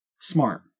Smart